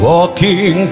Walking